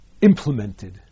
implemented